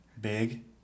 Big